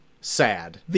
sad